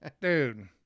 Dude